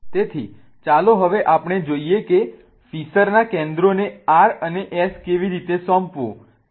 તેથી ચાલો હવે આપણે જોઈએ કે ફિશરના કેન્દ્રોને R અને S કેવી રીતે સોંપવું